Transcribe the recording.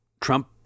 Trump